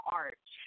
arch